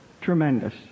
tremendous